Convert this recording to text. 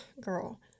girl